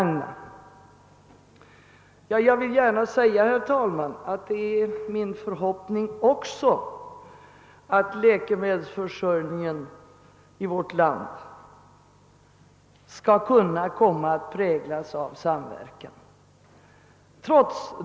Trots de farhågor jag givit uttryck åt vill jag säga att det är också min förhoppning att läkemedelsförsörjningen i vårt land skall komma att präglas av samverkan.